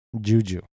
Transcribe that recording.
Juju